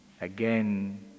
again